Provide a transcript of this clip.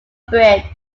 bridge